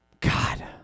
God